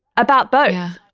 about both. yeah